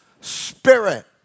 spirit